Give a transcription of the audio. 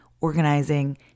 organizing